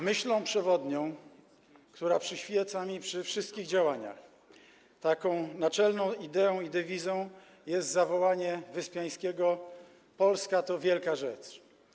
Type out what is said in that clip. Myślą przewodnią, która przyświeca mi przy wszystkich działaniach, taką naczelną ideą i dewizą jest zawołanie Wyspiańskiego: „Polska to wielka rzecz”